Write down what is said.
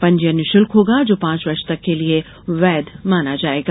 पंजीयन निःशुल्क होगा जो पाँच वर्ष तक के लिये वैध माना जायेगा